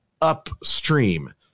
upstream